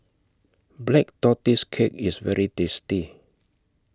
Black Tortoise Cake IS very tasty